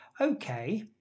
okay